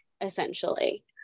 essentially